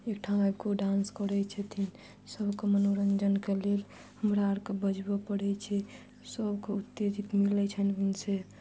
एकठाम आबिक डांस करै छथिन सबके मनोरंजनके लेल हमरा आरके बजबऽ पड़ै छै सबके उत्तेजित मिलै छनि ओहि सऽ